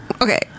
Okay